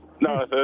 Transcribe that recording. No